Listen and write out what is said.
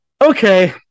okay